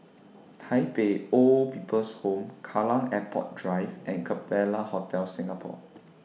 Tai Pei Old People's Home Kallang Airport Drive and Capella Hotel Singapore